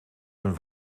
een